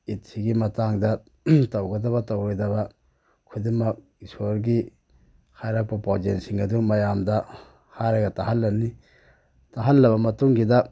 ꯏꯠꯁꯤꯒꯤ ꯃꯇꯥꯡꯗ ꯇꯧꯒꯗꯕ ꯇꯧꯔꯣꯏꯗꯕ ꯈꯨꯗꯤꯡꯃꯛ ꯏꯁꯣꯔꯒꯤ ꯍꯥꯏꯔꯛꯄ ꯄꯥꯎꯖꯦꯟꯁꯤꯡ ꯑꯗꯨ ꯃꯌꯥꯝꯗ ꯍꯥꯏꯔꯒ ꯇꯥꯍꯜꯂꯅꯤ ꯇꯥꯍꯂꯂꯕ ꯃꯇꯨꯡꯁꯤꯗ